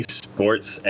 sports